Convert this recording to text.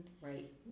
right